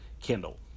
Kindle